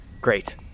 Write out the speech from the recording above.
Great